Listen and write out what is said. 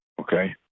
okay